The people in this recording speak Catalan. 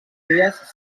dies